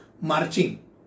Marching